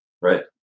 Right